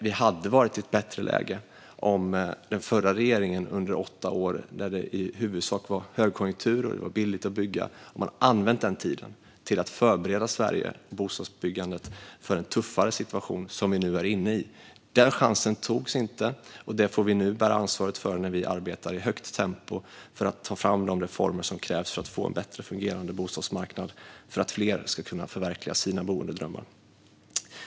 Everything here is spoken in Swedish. Vi hade varit i ett bättre läge om den förra regeringen under åtta år, då det i huvudsak var högkonjunktur och billigt att bygga, hade använt denna tid för att förbereda bostadsbyggandet i Sverige för en tuffare situation som vi nu är inne i. Denna chans tog man inte, och det får vi nu bära ansvaret för när vi arbetar i högt tempo för att ta fram de reformer som krävs för att få en bättre fungerande bostadsmarknad, så att fler ska kunna förverkliga sina boendedrömmar.